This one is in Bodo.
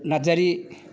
नारजारि